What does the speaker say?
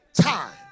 Time